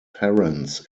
parents